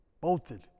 bolted